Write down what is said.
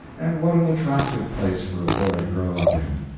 and what an attractive place for a boy to grow up in!